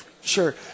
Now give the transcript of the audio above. Sure